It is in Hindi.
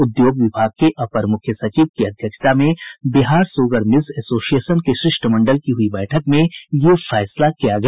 उद्योग विभाग के अपर मुख्य सचिव की अध्यक्षता में बिहार सुगर मिल्स एसोसिएशन के शिष्टमंडल की हुई बैठक में यह फैसला किया गया